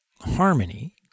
harmony